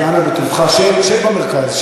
אז אנא בטובך, שב במרכז.